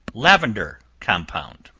lavender compound.